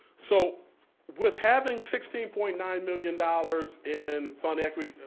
so with having sixteen point nine million dollars in fund equity,